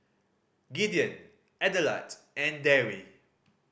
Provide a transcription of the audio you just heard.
Gideon Adelard and Darry